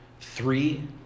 Three